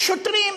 יש שוטרים,